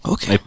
Okay